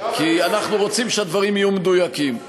כי אנחנו רוצים שהדברים יהיו מדויקים.